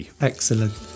Excellent